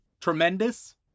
tremendous